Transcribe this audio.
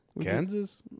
Kansas